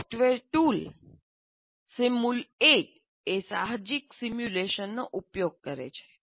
software tool સિમુલ 8 એ સાહજિક સિમ્યુલેશનનો ઉપયોગ કરે છે